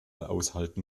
aushalten